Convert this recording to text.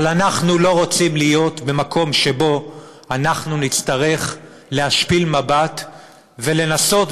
אבל אנחנו לא רוצים להיות במקום שבו אנחנו נצטרך להשפיל מבט ולנסות,